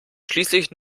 schließlich